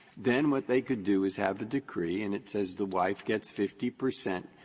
then what they could do is have the decree, and it says the wife gets fifty percent,